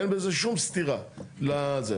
אין בזה שום סתירה לזה.